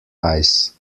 ice